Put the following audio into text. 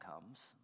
comes